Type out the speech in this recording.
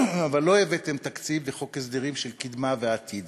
אבל לא הבאתם תקציב וחוק הסדרים של קדמה ועתיד